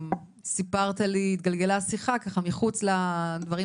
סיפרת לי והתגלגלה השיחה ככה אל מחוץ לעניינים